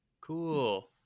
Cool